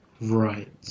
Right